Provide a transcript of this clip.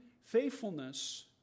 faithfulness